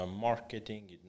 marketing